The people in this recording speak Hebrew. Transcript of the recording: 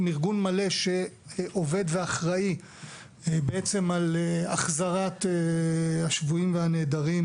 עם ארגון מלא שעובד ואחראי על החזרת השבויים והנעדרים